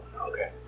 Okay